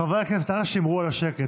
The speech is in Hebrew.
חברי הכנסת, אנא שמרו על השקט.